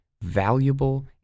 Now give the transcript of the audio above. valuable